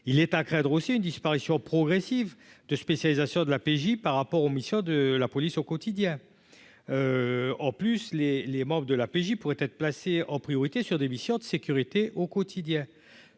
il est à craindre aussi une disparition progressive de spécialisation de la PJ par rapport aux missions de la police au quotidien en plus les les membres de la PJ pourrait être placé en priorité sur des missions de sécurité au quotidien